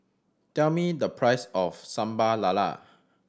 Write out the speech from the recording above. tell me the price of Sambal Lala